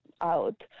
out